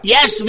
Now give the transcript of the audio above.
Yes